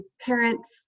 parent's